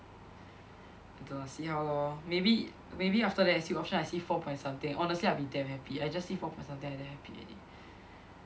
don't know see how lor maybe maybe after the S_U option I see four point something honestly I'll be damn happy I just see four point something I damn happy already